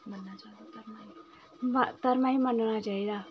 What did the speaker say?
धर्मै गै मन्नना चाहिदा